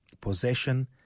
possession